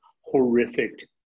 horrific